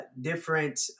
different